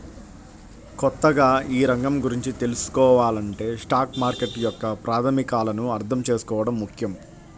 కొత్తగా ఈ రంగం గురించి తెల్సుకోవాలంటే స్టాక్ మార్కెట్ యొక్క ప్రాథమికాలను అర్థం చేసుకోవడం ముఖ్యం